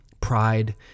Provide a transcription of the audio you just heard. pride